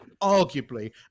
arguably